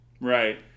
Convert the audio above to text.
Right